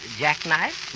jackknife